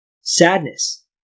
Sadness